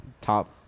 top